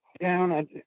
down